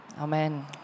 Amen